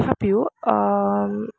তথাপিও